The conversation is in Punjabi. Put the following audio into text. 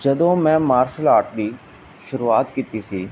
ਜਦੋਂ ਮੈਂ ਮਾਰਸ਼ਲ ਆਰਟ ਦੀ ਸ਼ੁਰੂਆਤ ਕੀਤੀ ਸੀ